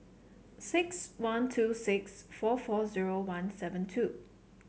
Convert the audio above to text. six one two six four four zero one seven two